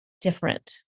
different